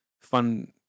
fun